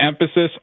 emphasis